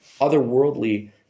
otherworldly